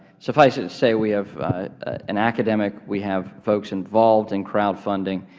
suffice it to say we have an academic, we have folks involved in crowdfunding,